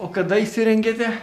o kada įsirengėte